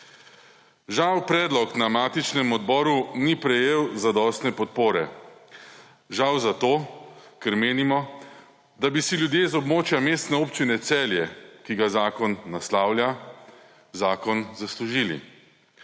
Žal predlog na matičnem odboru ni prejel zadostne podpore. Žal zato, ker menimo, da bi si ljudje iz območja Mestne občine Celje, ki ga zakon naslavlja, zakon zaslužili.